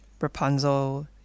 Rapunzel